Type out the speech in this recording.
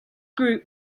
group